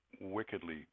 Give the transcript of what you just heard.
wickedly